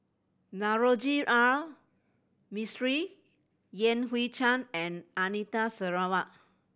Navroji R Mistri Yan Hui Chang and Anita Sarawak